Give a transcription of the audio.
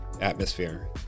atmosphere